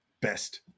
best